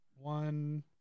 One